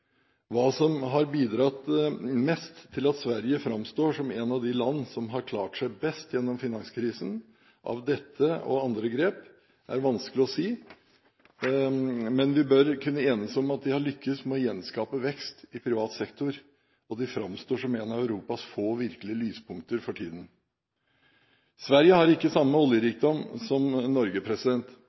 Hva som har bidratt mest til at Sverige framstår som et av de land som har klart seg best gjennom finanskrisen, av dette og andre grep, er vanskelig å si. Men vi bør kunne enes om at de har lyktes med å gjenskape vekst i privat sektor, og de framstår som et av Europas få virkelige lyspunkter for tiden. Sverige har ikke samme oljerikdom som Norge,